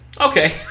Okay